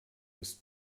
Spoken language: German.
ist